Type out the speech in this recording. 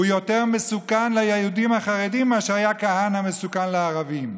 הוא יותר מסוכן ליהודים החרדים מאשר כהנא היה מסוכן לערבים.